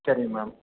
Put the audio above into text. சரிங்க மேம்